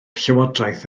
llywodraeth